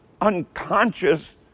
unconscious